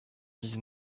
dix